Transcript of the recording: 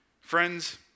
Friends